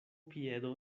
piedo